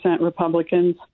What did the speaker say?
Republicans